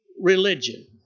religion